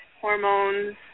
Hormones